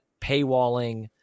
paywalling